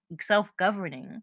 self-governing